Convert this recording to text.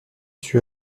suis